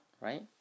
right